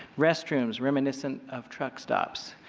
restrooms reminisce sent of truckstops.